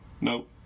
Nope